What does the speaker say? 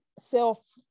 self